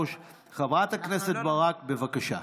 חברת הכנסת ברק, בבקשה.